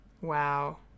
wow